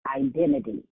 identity